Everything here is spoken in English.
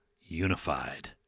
unified